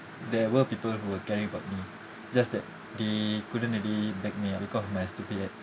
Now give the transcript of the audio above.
there were people who were caring about me just that they couldn't really back me up because of my stupid act